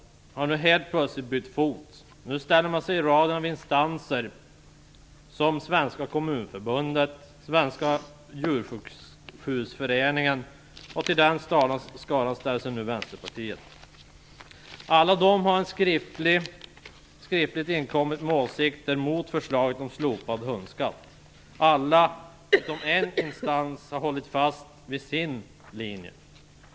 Nu har man helt plötsligt bytt fot. Nu ansluter man sig till en rad instanser, t.ex. Svenska kommunförbundet och Svenska djursjukhusföreningen. Till den skaran ansluter sig alltså Vänsterpartiet. Alla dessa har skriftligen inkommit med åsikter mot förslaget om en slopad hundskatt. Alla utom en instans har hållit fast vid sin linje.